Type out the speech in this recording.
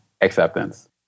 acceptance